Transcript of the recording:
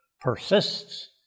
persists